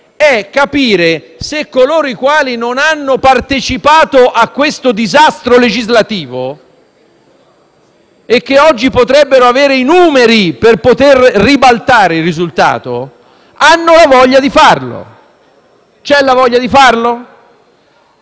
è se coloro i quali non hanno partecipato a questo disastro legislativo e che oggi potrebbero avere i numeri per poter ribaltare il risultato hanno la voglia di farlo. C'è la voglia di farlo?